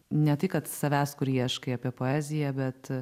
ne tai kad savęs kur ieškai apie poeziją bet